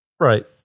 Right